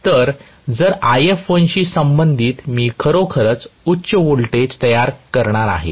तर जर If1 शी संबंधित मी खरोखरच उच्च व्होल्टेज तयार करणार आहे